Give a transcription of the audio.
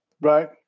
Right